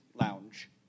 Lounge